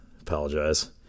Apologize